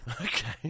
okay